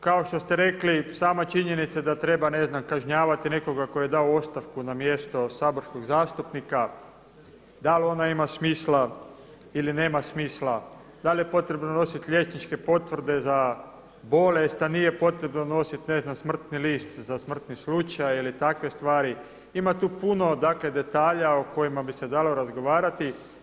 Kao što ste rekli sama činjenica da treba ne znam kažnjavati nekoga tko je dao ostavku na mjesto saborskog zastupnika, dal ona ima smisla ili nema smisla, da li je potrebno nositi liječničke potvrde za bolest, a nije potrebno nositi ne znam smrtni list za smrtni slučaj ili takve stvari, ima tu puno detalja o kojima bi se dalo razgovarati.